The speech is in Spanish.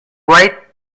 white